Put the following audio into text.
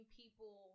people